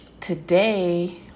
Today